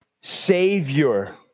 savior